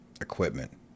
equipment